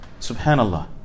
Subhanallah